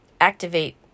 activate